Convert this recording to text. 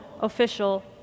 official